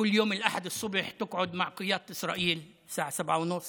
בכל יום ראשון בשעה 07:30